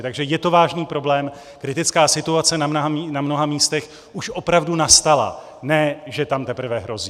Takže je to vážný problém, kritická situace na mnoha místech už opravdu nastala, ne že tam teprve hrozí.